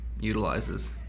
utilizes